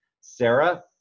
Sarah